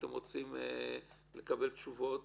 ואתם רוצים לקבל תשובות